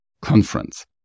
conference